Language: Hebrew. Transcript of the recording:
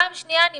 פעם שנייה, אני